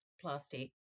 plastic